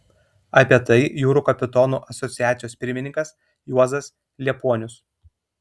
apie tai jūrų kapitonų asociacijos pirmininkas juozas liepuonius